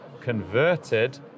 converted